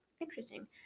interesting